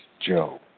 Joe